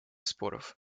споров